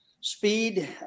speed